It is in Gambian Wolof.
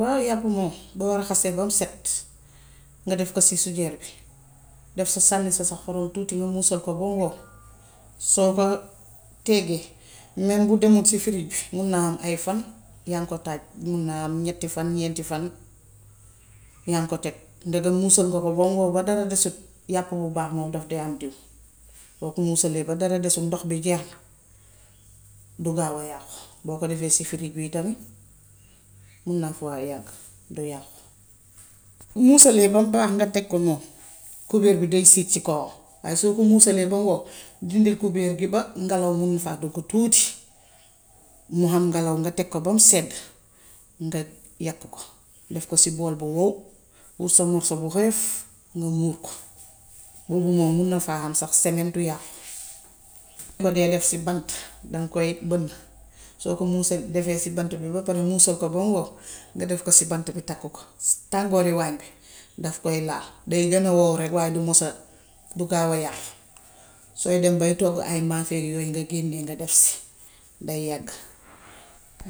Waaw yàpp moom boo raxasee bam set, nga def ko si suñeer bi, def sa, sànni sa xorom tuuti, nga muusal ko bam wow, soo ko teggee mem bu demul ci firig bi, mun naa ay fan yaaŋ ko taaj; mun naa am ñetti fan, ñeenti fan yaaŋ ko teg. Ndegam muusal nga ko bam ñor ba dara desatut, yàpp wu baax moom daf dee am diw. Boo ko musalee ba dara desul ndox bi jeex an du gaaw a yàqu. Boo ko defee si firig bi tam mun na faa yàgg, du yàqu. Musalee bam baax nga teg noonu, kubéer gi day siit ci kawam. Waaye soo ko muusalee bam wow, dindi kubéer gi ba ngalaw mun na faa duggu tuuti. Mu ham ngelaw nga teg ko bam sedd, nga yakk ko, def ko si bool bu wow. Wut sa morso bu hoyof nga muur ko. Boobu moom mun na faa ham sax semaine du yàqu. Boo ko dee def si bant daŋ koy bënn, soo ko muusal, defee si bant bi ba pare muusal ko bam wow nga def ko si bant bi takk ko. Tàngoori waan bi daf koy laal. Day gën a wow rekk waaye du mus a, du gaaw a yàqu. Sooy dem bay toggu ay maafeek yooyu nga génnee nga def si day yàgg.